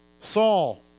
Saul